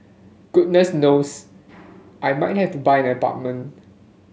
goodness knows I might have to buy an apartment